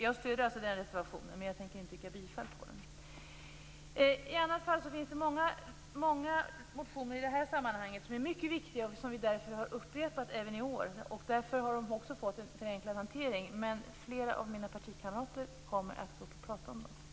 Jag stöder denna reservation, men jag tänker inte yrka bifall till den. Det finns många motioner i det här sammanhanget som är mycket viktiga och som vi därför har upprepat i år. Därför har de också fått en förenklad hantering, men flera av mina partikamrater kommer att gå upp och prata om dem.